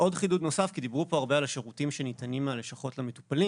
חידוד נוסף דיברו פה הרבה על השירותים שניתנים מהלשכות למטופלים.